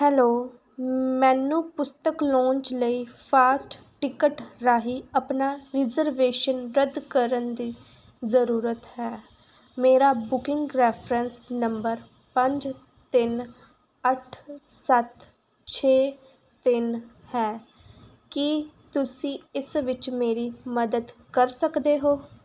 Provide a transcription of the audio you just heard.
hello ਮੈਨੂੰ ਪੁਸਤਕ launch ਲਈ ਫਾਸਟ ਟਿਕਟ ਰਾਹੀਂ ਆਪਣਾ ਰਿਜ਼ਰਵੇਸ਼ਨ ਰੱਦ ਕਰਨ ਦੀ ਜ਼ਰੂਰਤ ਹੈ ਮੇਰਾ ਬੁਕਿੰਗ ਰੈਫਰੈਂਸ ਨੰਬਰ ਪੰਜ ਤਿੰਨ ਅੱਠ ਸੱਤ ਛੇ ਤਿੰਨ ਹੈ ਕੀ ਤੁਸੀਂ ਇਸ ਵਿੱਚ ਮੇਰੀ ਮਦਦ ਕਰ ਸਕਦੇ ਹੋ